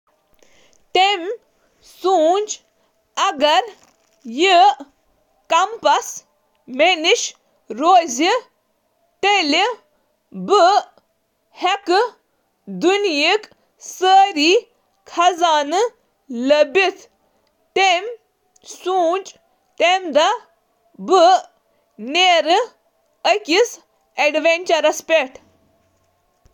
تٔمۍ سُنٛد خیال اوس زِ اگر کیمپس مےٚ سۭتۍ روزٕ تیلہٕ ہیٚکہٕ بہٕ دُنیاہُک خزانہٕ ژھٲنٛڑِتھ۔ سُہ چُھ سونچان زِ بہٕ گژھہٕ ایڈونچرس پیٹھ۔